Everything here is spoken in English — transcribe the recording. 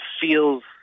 feels